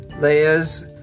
layers